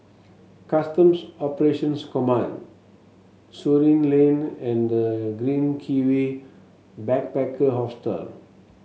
Customs Operations Command Surin Lane and The Green Kiwi Backpacker Hostel